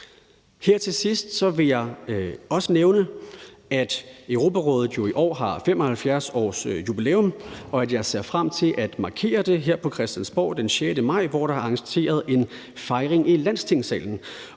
Her til sidst vil jeg også nævne, at Europarådet jo i år har 75-årsjubilæum, og at jeg ser frem til at markere det her på Christiansborg den 6. maj, hvor der er arrangeret en fejring i Landstingssalen,